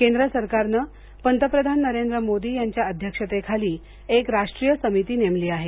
केंद्र सरकारने पंतप्रधान नरेंद्र मोदी यांच्या अध्यक्षतेखाली एक राष्ट्रीय समिती नेमली आहे